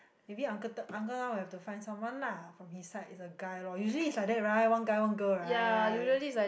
maybe uncle third uncle Ang will have to find someone lah from his side is a guy lor usually is like that right one guy one girl right